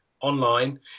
online